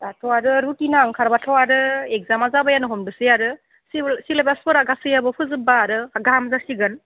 दाथ' आरो रुटिनआ ओंखारबाथ' आरो एक्जामा जाबायानो हमदोसै आरो सिलेबासफोरा गासैयाबो फोजोब्बा आरो गाहाम जासिगोन